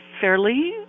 fairly